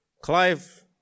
Clive